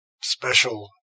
special